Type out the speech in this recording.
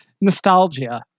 nostalgia